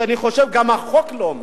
ואני חושב שגם החוק לא אומר,